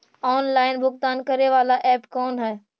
Online भुगतान करे बाला ऐप कौन है?